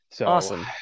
Awesome